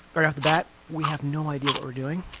right off the bat, we have no idea what we're doing.